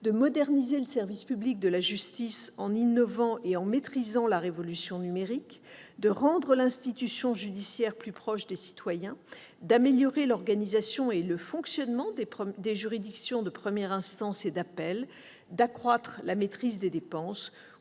de « moderniser le service public de la justice en innovant et en maîtrisant la révolution numérique », de « rendre l'institution judiciaire plus proche des citoyens », d'« améliorer l'organisation et le fonctionnement des juridictions en première instance et en appel », d'« accroître la maîtrise des dépenses